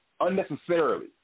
unnecessarily